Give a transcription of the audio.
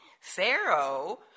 Pharaoh